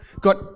got